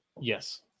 yes